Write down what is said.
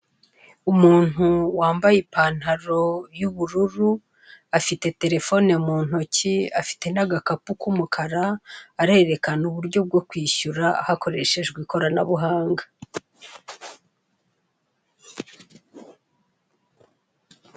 Umuntu wambaye ipantaro y'ubururu, afite telefone muntoki, afite n'agakapu k'umukara, arereka uburyo bwo kwishyura hakoreshejwe ikoranabuhanga.